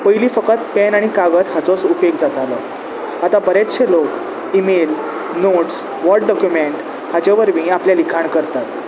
पयलीं फकत पॅन आनी कागद हाचोच उपेग जातालो आतां बरेचशे लोक मेल नोट्स वॉर्ड डॉक्युमेंट हाचे वरवी आपले लिखाण करतात